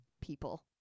people